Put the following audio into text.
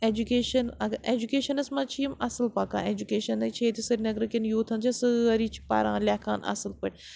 education اَگر ایٚجُوٗکیشنَس منٛز چھِ یِم اَصٕل پَکان ایٚجُوٗکیشَنٕے چھِ ییٚتہِ سرینگرٕکٮ۪ن یوٗتھَن چھِ سٲری چھِ پَران لیٚکھان اَصٕل پٲٹھۍ